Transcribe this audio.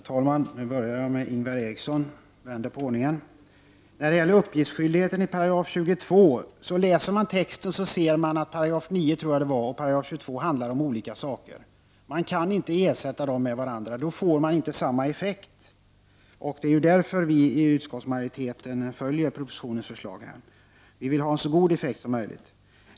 Herr talman! Jag vänder på ordningen och börjar med Ingvar Eriksson. När det gäller uppgiftsskyldigheten i 22§ kan man, om man läser texten, se att 9§ och 22§ handlar om olika saker. Dessa paragrafer kan inte ersätta varandra. Då får man inte samma effekt. Det är därför som vi i utskottsmajoriteten följer propositionens förslag. Vi vill ha en så god effekt som möjligt.